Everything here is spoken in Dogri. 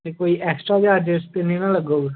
ते कोई एक्स्ट्रा चार्जेस ते नना लग्गग